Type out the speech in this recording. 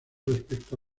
respecto